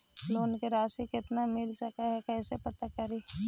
Loan के रासि कितना मिल सक है कैसे पता करी?